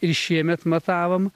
ir šiemet matavom